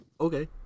Okay